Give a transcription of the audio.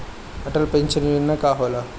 Atal pension Yojana का होला?